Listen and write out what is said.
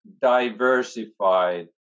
diversified